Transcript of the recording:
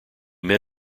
met